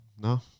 No